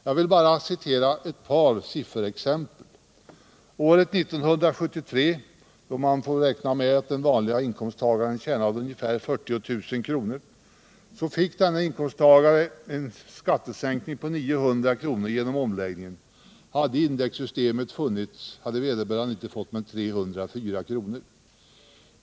Jag vill här ange endast ett par sifferexempel. År 1973 fick den vanlige inkomsttagaren, som då tjänade ungefär 40 000 kr., en skattesänkning med 900 kr. genom omläggningen. Om indexsystemet tillämpats hade vederbörande inte fått mer än 304 kr.